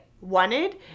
wanted